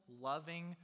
loving